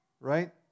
right